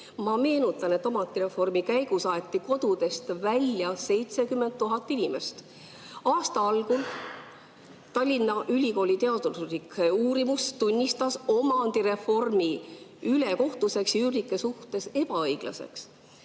Ma meenutan, et omandireformi käigus aeti kodudest välja 70 000 inimest. Aasta algul Tallinna Ülikooli teaduslik uurimus tunnistas omandireformi ülekohtuseks ja üürnike suhtes ebaõiglaseks.